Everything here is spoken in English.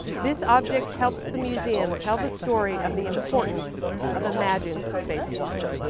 this object helps the museum tell the story of the importance of imagined space flight.